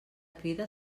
crida